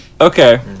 Okay